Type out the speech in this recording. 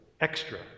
extra